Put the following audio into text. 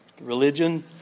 Religion